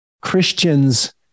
Christians